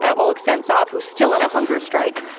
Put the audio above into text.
ah oleg sentsov, who's still on a hunger strike.